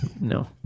No